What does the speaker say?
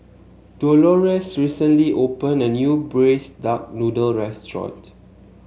Dolores recently opened a new Braised Duck Noodle restaurant